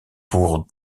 pour